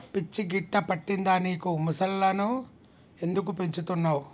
పిచ్చి గిట్టా పట్టిందా నీకు ముసల్లను ఎందుకు పెంచుతున్నవ్